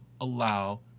allow